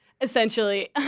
Essentially